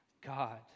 God